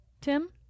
Tim